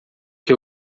que